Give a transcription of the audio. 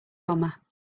bomber